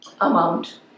amount